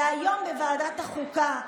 והיום בוועדת החוקה,